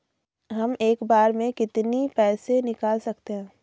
हम एक बार में कितनी पैसे निकाल सकते हैं?